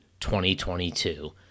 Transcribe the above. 2022